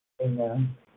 Amen